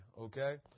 Okay